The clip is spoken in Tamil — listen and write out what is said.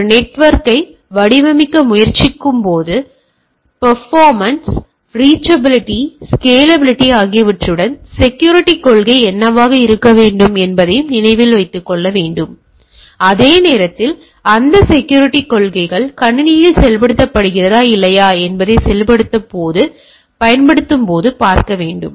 ஒரு நெட்வொர்க்கை வடிவமைக்க முயற்சிக்கும்போது பர்பாமன்ஸ் ரீச்சபிலிட்டி ஸ்கேலாபிலிட்டி ஆகியவற்றுடன் செக்யூரிட்டிக் கொள்கை என்னவாக இருக்க வேண்டும் என்பதையும் நினைவில் வைத்துக் கொள்ள வேண்டும் அதே நேரத்தில் அந்த செக்யூரிட்டிக் கொள்கைகள் கணினியில் செயல்படுத்தப்படுகிறதா இல்லையா என்பதை நெட்வொர்க்கில் செயல்படுத்தும்போது அல்லது பயன்படுத்தும்போது பார்க்கவேண்டும்